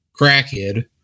crackhead